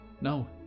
no